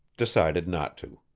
decided not to.